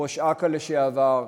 ראש אכ"א לשעבר,